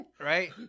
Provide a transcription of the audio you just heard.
Right